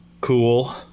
cool